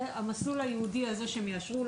המסלול הייעודי הזה שהם יאשרו,